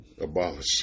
Abolish